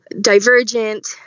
Divergent